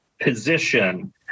position